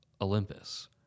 Olympus